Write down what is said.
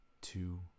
two